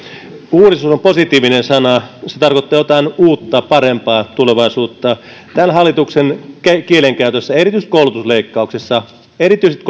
uudistus on positiivinen sana se tarkoittaa jotain uutta parempaa tulevaisuutta tämän hallituksen kielenkäytössä erityisesti koulutusleikkauksissa erityisesti